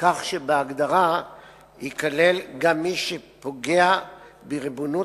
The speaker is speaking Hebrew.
כך שבהגדרה ייכלל גם מי שפוגע בריבונות